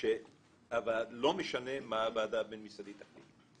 קריאה שלא משנה מה הוועדה הבין משרדית תחליט,